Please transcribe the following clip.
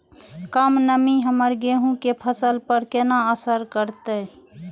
कम नमी हमर गेहूँ के फसल पर केना असर करतय?